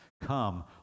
come